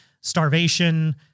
starvation